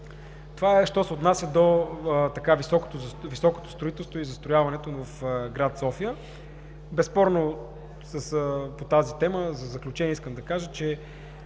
Това е що се отнася до високото строителство и застрояването в град София. По тази тема за заключение искам да кажа: не